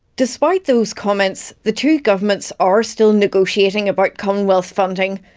despite those comments, the two governments are still negotiating about commonwealth funding.